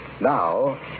Now